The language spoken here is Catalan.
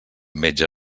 metge